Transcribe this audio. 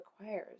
requires